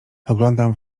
oglądam